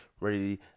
ready